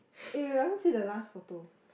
eh wait I haven't see the last photo